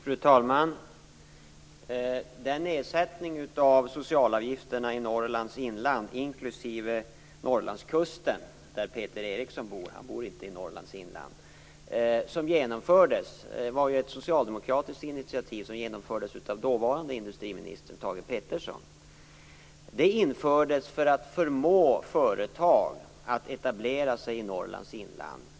Fru talman! Nedsättningen av socialavgifterna i Eriksson bor - han bor inte i Norrlands inland - genomfördes på socialdemokratiskt initiativ. Det genomfördes av dåvarande industriministern Thage Peterson. Det infördes för att förmå företag att etablera sig i Norrlands inland.